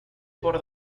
por